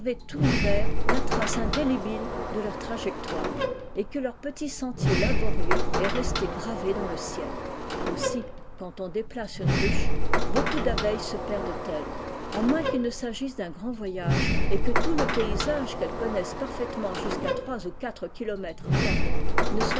tout thiver la trace indélébile de leurs trajectoires xxe leur petit sentier laborieux est resté é dans le ciel ussi quand on déplace une ruche beaucoup d'abeilles se perdentelles à moins qu'il ne s'agisse d'un grand voyage et que tout le paysage qu'elles connaissent parfaitement jusqu'à trois ou quatre kilomètres à la ronde ne